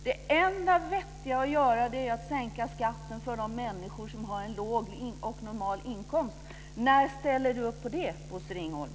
Det enda vettiga att göra är att sänka skatten för de människor som har en låg och normal inkomst. När ställer Bosse Ringholm upp på det?